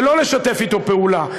ולא לשתף אתו פעולה.